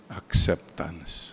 acceptance